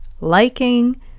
liking